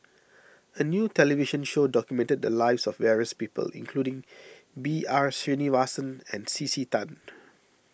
a new television show documented the lives of various people including B R Sreenivasan and C C Tan